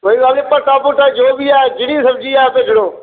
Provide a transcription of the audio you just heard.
कोई गल्ल नि भट्ठा भुट्टा जो बी ऐ जेह्ड़ी बी सब्जी ऐ भेजी ओड़ो